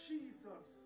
Jesus